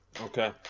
Okay